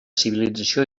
civilització